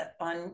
on